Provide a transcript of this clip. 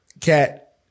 Cat